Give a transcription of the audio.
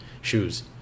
shoes